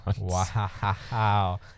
Wow